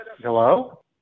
Hello